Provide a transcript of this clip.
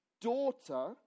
daughter